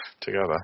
together